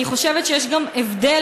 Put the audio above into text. אני חושבת שיש גם הבדל,